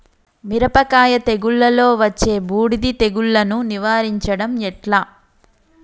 మిరపకాయ తెగుళ్లలో వచ్చే బూడిది తెగుళ్లను నివారించడం ఎట్లా?